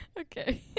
Okay